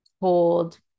cold